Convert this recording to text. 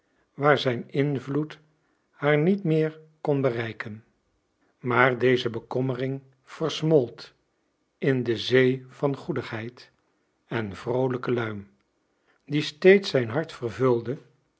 waar zijn invloed haar niet meer kon bereiken maar deze bekommering versmolt in de zee van goedigheid en vroolijke luim die steeds zijn hart vervulde